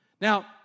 Now